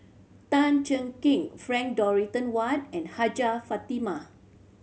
Tan Cheng Kee Frank Dorrington Ward and Hajjah Fatimah